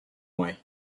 way